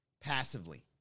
passively